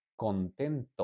contento